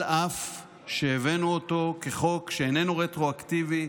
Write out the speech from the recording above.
על אף שהבאנו אותו כחוק שאיננו רטרואקטיבי,